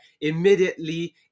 immediately